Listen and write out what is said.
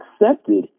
accepted